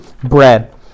bread